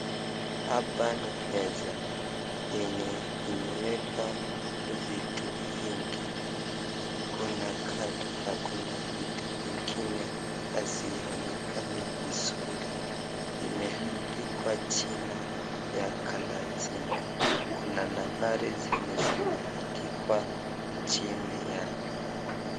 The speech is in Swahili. Hapa ni meza yenye imewekwa vitu vingi kuna kati na kuna vitu vingine hazionekani vizuri, imeandikwa jina ya kalasinga kuna nambari zenye zimeandikwa chini yake.